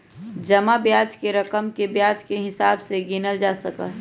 जमा ब्याज के रकम के ब्याज के हिसाब से गिनल जा सका हई